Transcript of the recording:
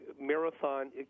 marathon